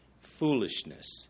foolishness